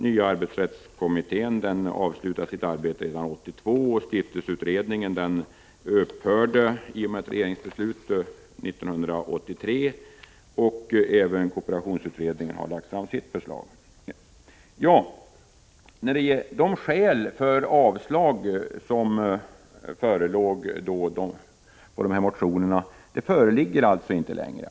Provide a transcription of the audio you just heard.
Nya arbetsrättskommittén avslutade sitt arbete redan 1982, och stiftelseutredningen upphörde i och med ett regeringsbeslut 1983. Även kooperationsutredningen har lagt fram sitt förslag. De skäl för avslag på dessa motioner som tidigare fanns föreligger alltså inte längre.